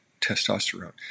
testosterone